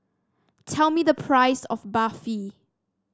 tell me the price of Barfi